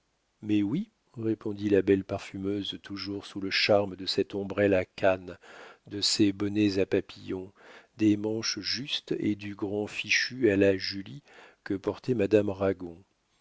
mais oui répondit la belle parfumeuse toujours sous le charme de cette ombrelle à canne de ces bonnets à papillon des manches justes et du grand fichu à la julie que portait madame